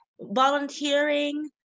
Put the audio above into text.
volunteering